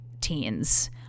teens